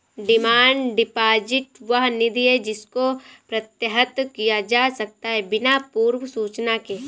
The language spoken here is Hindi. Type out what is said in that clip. डिमांड डिपॉजिट वह निधि है जिसको प्रत्याहृत किया जा सकता है बिना पूर्व सूचना के